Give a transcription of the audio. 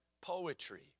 poetry